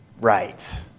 right